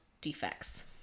defects